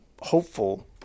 hopeful